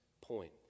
point